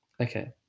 Okay